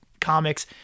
comics